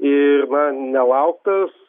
ir na nelauktas